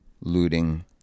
looting